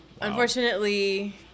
Unfortunately